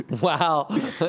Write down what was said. Wow